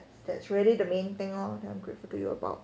that's really the main thing lor that I'm grateful to you about